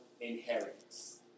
inheritance